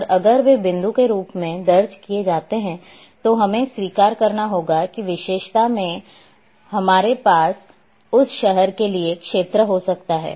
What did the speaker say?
और अगर वे बिंदु के रूप में दर्ज किए जाते हैं तो हमें स्वीकार करना होगा कि विशेषता में हमारे पास उस शहर के लिए क्षेत्र हो सकता है